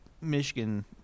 Michigan –